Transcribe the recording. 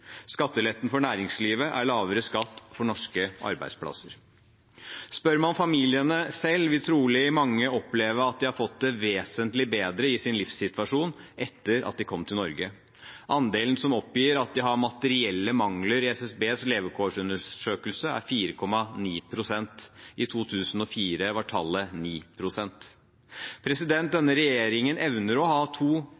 Skatteletten for næringslivet er lavere skatt for norske arbeidsplasser. Spør man familiene selv, vil trolig mange oppleve at de har fått en vesentlig bedre livssituasjon etter at de kom til Norge. Andelen som i SSBs levekårsundersøkelse oppgir at de har materielle mangler, er 4,9 pst. I 2004 var tallet 9 pst. Denne regjeringen evner å ha to tanker i hodet samtidig. På den